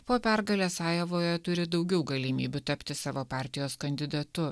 po pergalės ajovoje turi daugiau galimybių tapti savo partijos kandidatu